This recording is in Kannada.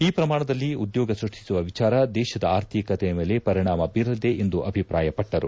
ಈ ಪ್ರಮಾಣದಲ್ಲಿ ಉದ್ಯೋಗ ಸೃಷ್ಠಿಸುವ ವಿಚಾರ ದೇಶದ ಆರ್ಥಿಕತೆಯ ಮೇಲೆ ಪರಿಣಾಮ ಬೀರಲಿದೆ ಎಂದು ಅಭಿಪ್ರಾಯಪಟ್ಟರು